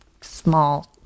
small